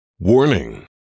warning